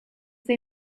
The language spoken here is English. they